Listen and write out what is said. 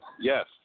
Yes